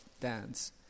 dance